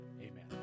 Amen